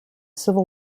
civil